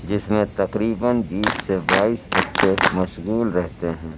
جس میں تقریبا بیس سے بائیس بچے مشغول رہتے ہیں